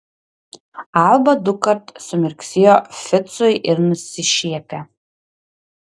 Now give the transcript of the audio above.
alba dukart sumirksėjo ficui ir nusišiepė